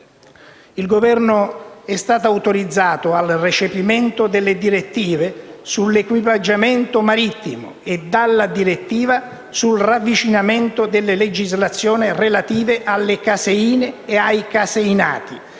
Il Governo è stato autorizzato al recepimento delle direttive sull'equipaggiamento marittimo e della direttiva sul ravvicinamento delle legislazioni relative alle caseine e ai caseinati